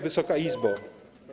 Wysoka Izbo!